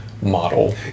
model